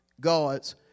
God's